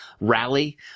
rally